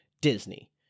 Disney